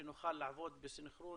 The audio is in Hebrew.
שנוכל לעבוד בסנכרון